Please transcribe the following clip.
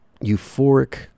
euphoric